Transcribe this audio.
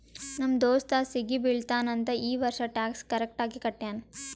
ನಮ್ ದೋಸ್ತ ಸಿಗಿ ಬೀಳ್ತಾನ್ ಅಂತ್ ಈ ವರ್ಷ ಟ್ಯಾಕ್ಸ್ ಕರೆಕ್ಟ್ ಆಗಿ ಕಟ್ಯಾನ್